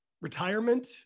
retirement